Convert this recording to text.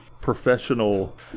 Professional